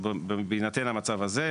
בהינתן המצב הזה,